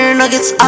nuggets